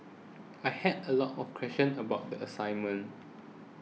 I had a lot of questions about the assignment